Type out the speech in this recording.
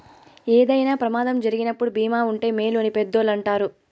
ఏదైనా ప్రమాదం జరిగినప్పుడు భీమా ఉంటే మేలు అని పెద్దోళ్ళు అంటారు